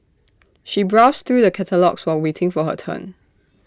she browsed through the catalogues while waiting for her turn